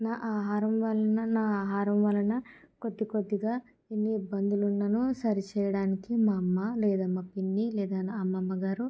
నా ఆహారం వలన నా ఆహారం వలన కొద్ది కొద్దిగా ఎన్ని ఇబ్బందులు ఉన్నాను సరిచేయడానికి మా అమ్మ లేదా మా పిన్నీ లేదా నా అమ్మమ్మగారు